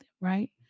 Right